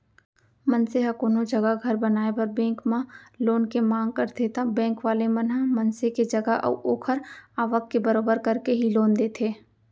मनसे ह कोनो जघा घर बनाए बर बेंक म लोन के मांग करथे ता बेंक वाले मन ह मनसे के जगा अऊ ओखर आवक के बरोबर करके ही लोन देथे